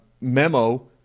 memo